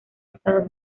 estados